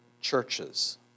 churches